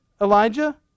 Elijah